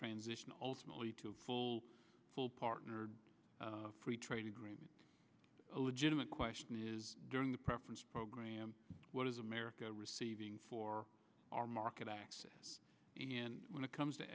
transition ultimately to a full full partner free trade agreement a legitimate question during the preference program what is america receiving for our market access when it comes to